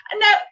Now